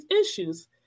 issues